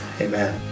Amen